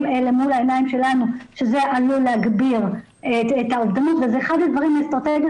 למול עינינו שזה עלול להגביר את האובדנות ואחת האסטרטגיות